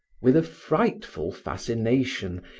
with a frightful fascination,